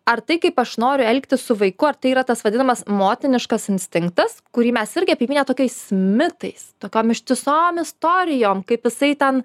ar tai kaip aš noriu elgtis su vaiku ar tai yra tas vadinamas motiniškas instinktas kurį mes irgi apipynę tokiais mitais tokiom ištisom istorijom kaip jisai ten